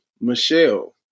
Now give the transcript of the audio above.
Michelle